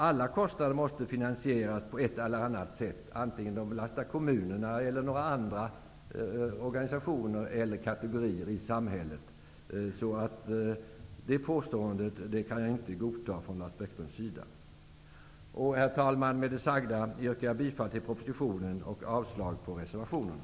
Alla kostnader måste finansieras på ett eller annat sätt, antingen de belastar kommunerna eller några andra organisationer eller kategorier i samhället. Så det påståendet från Lars Bäckström kan jag inte godta. Med det sagda, herr talman, yrkar jag bifall till propositionen och avslag på reservationerna.